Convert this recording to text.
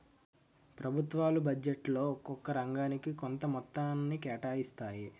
ప్రభుత్వాలు బడ్జెట్లో ఒక్కొక్క రంగానికి కొంత మొత్తాన్ని కేటాయిస్తాయి